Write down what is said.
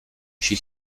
she